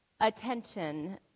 attention